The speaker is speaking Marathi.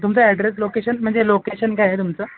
तुमचा अॅड्रेस लोकेशन म्हणजे लोकेशन काय आहे तुमचं